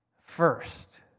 first